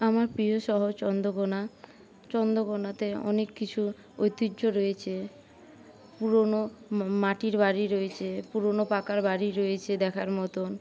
আমার প্রিয় শহর চন্দ্রকোনা চন্দ্রকোনাতে অনেক কিছু ঐতিহ্য রয়েছে পুরনো মা মাটির বাড়ি রয়েছে পুরনো পাকা বাড়ি রয়েছে দেখার মতোন